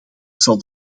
zal